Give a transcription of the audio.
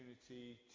opportunity